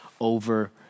over